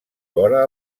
vora